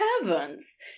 heavens